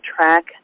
track